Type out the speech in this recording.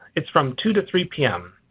it's from two to three pm.